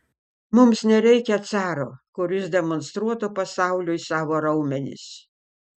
mums nereikia caro kuris demonstruotų pasauliui savo raumenis